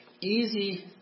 easy